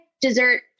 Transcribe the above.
dessert